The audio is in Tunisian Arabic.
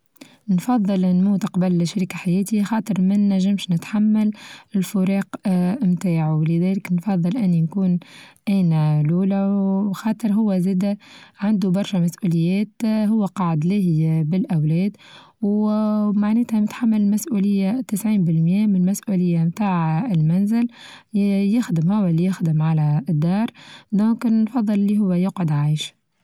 نفضل نموت قبل شريك حياتي خاطر ما نچمش نتحمل الفراق آآ نتاعو لذلك نفظل إني نكون أنا الأولى وخاطر هو زادا عندو برشا مسؤوليات آآ هو قعد ليا بالأولاد ومعناتها نتحمل المسؤولية تسعين بالمية من المسؤولية بتاع المنزل يخدم هو اللي يخدم على الدار لذاكا نفضل هو اللي يقعد عايش.